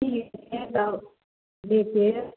ठीक छै तब बी केअर